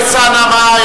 אני